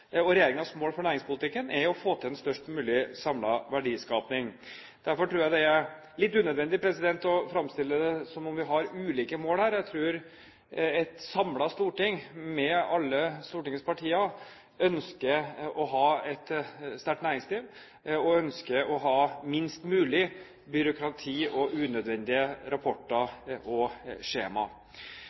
mål for næringspolitikken er å få til en størst mulig samlet verdiskaping. Derfor tror jeg det er litt unødvendig å fremstille det som om vi har ulike mål her. Jeg tror et samlet storting med alle Stortingets partier ønsker å ha et sterkt næringsliv og ønsker å ha minst mulig byråkrati og unødvendige rapporter og skjemaer.